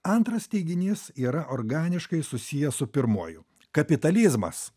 antras teiginys yra organiškai susijęs su pirmuoju kapitalizmas